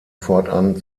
fortan